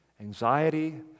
anxiety